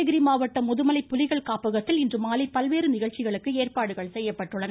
நீலகிரி மாவட்டம் முதுமலை புலிகள் காப்பகத்தில் இன்றுமாலை பல்வேறு நிகழ்ச்சிகளுக்கு ஏற்பாடுகள் செய்யப்பட்டுள்ளன